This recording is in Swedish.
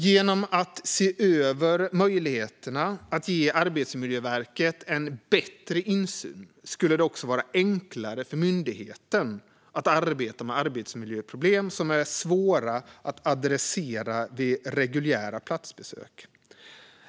Genom att se över möjligheten att ge Arbetsmiljöverket bättre insyn skulle det också kunna bli enklare för myndigheten att arbeta med arbetsmiljöproblem som är svåra att ta itu med vid reguljära platsbesök.